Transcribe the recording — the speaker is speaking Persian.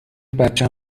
بچم